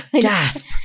Gasp